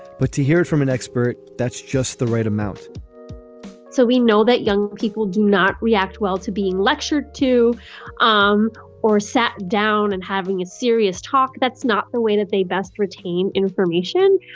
but to hear it from an expert. that's just the right amount so we know that young people do not react well to being lectured to um or sat down and having a serious talk. that's not the way that they best retain information.